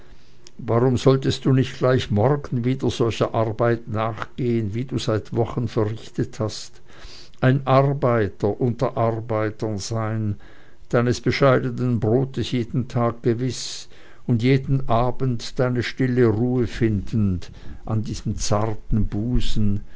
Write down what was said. warum solltest du nicht gleich morgen wieder solcher arbeit nachgehen wie du seit wochen verrichtet hast ein arbeiter unter arbeitern sein deines bescheidenen brotes jeden tag gewiß und jeden abend deine stille ruhe findend an diesem zarten busen